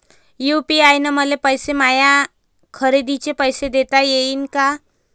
UPI न मले माया खरेदीचे पैसे देता येईन का?